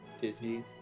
Disney